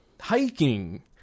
hiking